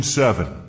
seven